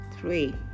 three